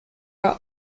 are